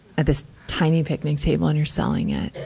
at this tiny picnic table and you're selling it?